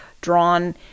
drawn